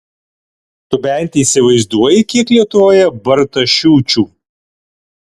tu bent įsivaizduoji kiek lietuvoje bartašiūčių